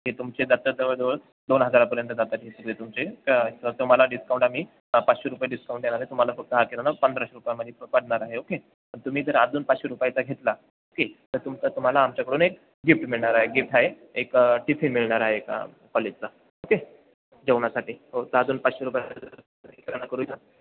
हे तुमचे जातात जवळजवळ दोन हजारापर्यंत जातात हे सगळे तुमचे तर तुम्हाला डिसकाऊंट आम्ही पाचशे रुपये डिस्काउंट देणार आहे तुम्हाला फक्त हा किराणा पंधराशे रुपयामध्ये पडणार आहे ओके तर तुम्ही जर अजून पाचशे रुपयाचा घेतला ओके तर तुमचं तुम्हाला आमच्याकडून एक गिफ्ट मिळणार आहे गिफ्ट आहे एक टिफिन मिळणार आहे एक कॉलेजचा ओके जेवणासाठी हो तर अजून पाचशे रुपयाचा किराणा करूया